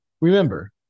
Remember